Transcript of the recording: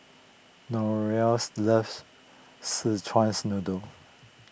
loves Szechuan's Noodle